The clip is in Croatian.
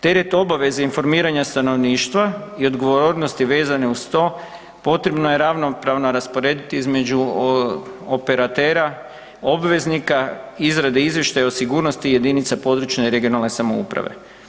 Teret obaveze informiranja stanovništva i odgovornosti vezane uz to, potrebno je ravnopravno rasporediti između operatera, obveznika izrade izvještaja o sigurnosti jedinica područne (regionalne) samouprave.